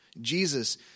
Jesus